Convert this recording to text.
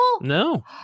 No